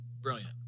brilliant